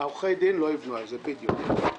בדיוק.